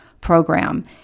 program